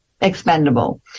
expendable